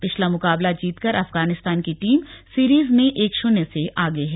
पिछला मुकाबला जीतकर अफगानिस्तान की टीम सीरीज में एक शून्य से आगे है